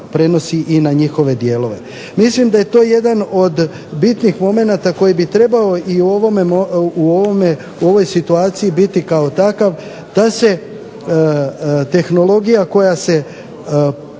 prenosi i na njihove dijelove. Mislim da je to jedan od bitnih momenata koji bi trebao i u ovoj situaciji biti kao takav da se tehnologija koja se